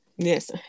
Yes